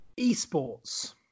Esports